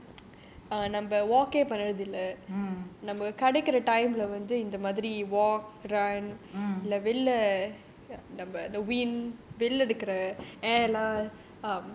mm mm